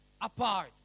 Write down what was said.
apart